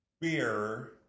Beer